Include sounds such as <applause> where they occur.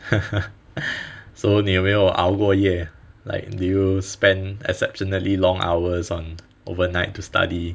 <laughs> so 你有没有熬过夜 like did you spend exceptionally long hours on overnight to study